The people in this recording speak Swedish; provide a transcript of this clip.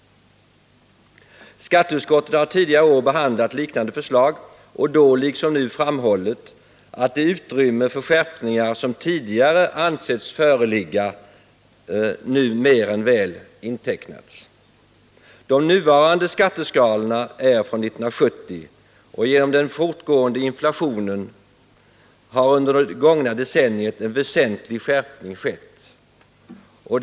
Skatteutskottet har tidigare år behandlat liknande förslag och då liksom nu framhållit att det utrymme för skärpningar som förut ansetts föreligga mer än väl intecknats. De nuvarande skatteskalorna är från 1970, och genom den fortgående inflationen har en väsentlig skärpning skett under det gångna decenniet.